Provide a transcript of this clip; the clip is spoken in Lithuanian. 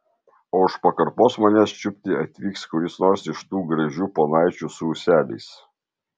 o už pakarpos manęs čiupti atvyks kuris nors iš tų gražių ponaičių su ūseliais